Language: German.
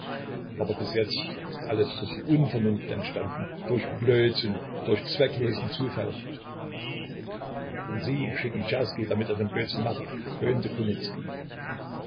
aber bis jetzt ist alles durch die unvernunft entstanden durch blödsinn durch zwecklosen zufall und sie schickten czerski damit er den blödsinn mache höhnte